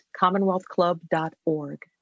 commonwealthclub.org